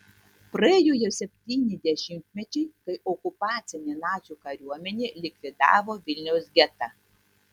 praėjo jau septyni dešimtmečiai kai okupacinė nacių kariuomenė likvidavo vilniaus getą